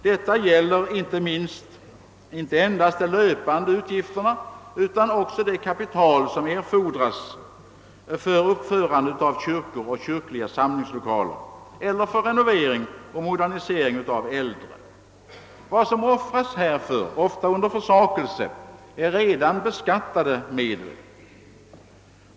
Detta gäller inte endast de löpande utgifterna utan även det kapital som erfordras för uppförande av kyrkor och kyrkliga samlingslokaler eller för renovering och modernisering av äldre. Vad som offras härför — ofta under försakelse — är redan beskattade medel.